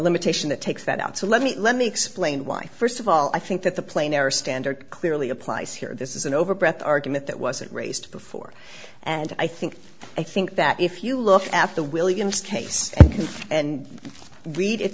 limitation that takes that out so let me let me explain why first of all i think that the plain error standard clearly applies here this is an over breath argument that wasn't raised before and i think i think that if you look at the williams case and read it